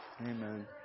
Amen